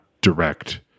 direct